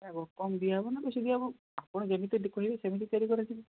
ରାଗ କମ୍ ଦିଆ ହବନା ବେଶୀ ଦିଆ ହବ ଆପଣ ଯେମିତି କହିବେ ସେମିତି ତିଆରି କରାଯିବ